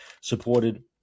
supported